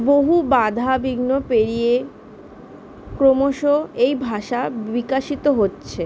বহু বাধা বিঘ্ন পেরিয়ে ক্রমশ এই ভাষা বিকশিত হচ্ছে